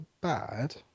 bad